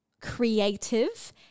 creative